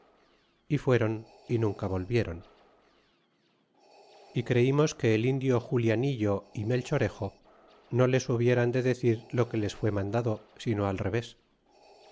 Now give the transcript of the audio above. y fueron y nunca volvi e ron é creimos que el indio julianillo ó melchorejo no les hobieran de decir lo que les fué mandado sino al reyes